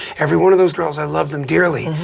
every one of those girls i loved them dearly.